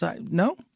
No